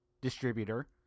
distributor